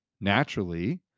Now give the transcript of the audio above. naturally